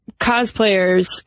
cosplayers